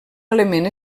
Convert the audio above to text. element